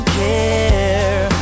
care